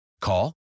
Call